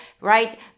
right